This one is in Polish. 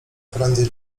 prędzej